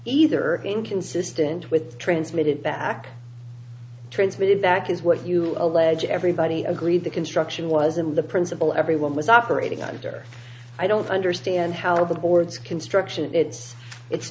either inconsistent with transmitted back transmitted back is what you allege everybody agreed the construction was in the principle everyone was operating under i don't understand how the board's construction it's it's